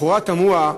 לכאורה תמוה,